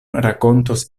rakontos